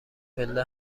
پله